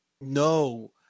No